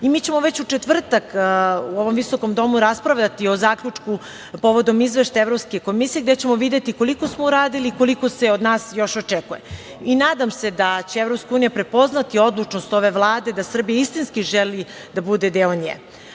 Mi ćemo već u četvrtak u ovom visokom domu raspravljati o zaključku povodom izveštaja Evropske komisije gde ćemo videti koliko smo uradili, koliko se od nas još očekuje. Nadam se da će EU prepoznati odlučnost ove Vlade da Srbija istinski želi da bude deo nje,